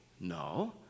No